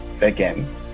again